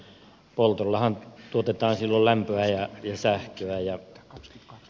ja poltollahan tuotetaan silloin lämpöä ja sähköä